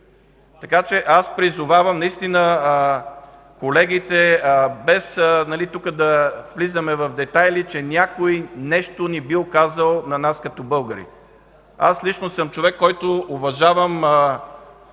Така че призовавам наистина колегите без да влизаме в детайли, че някой нещо ни бил казал на нас като българи. Аз всъщност съм човек, който уважава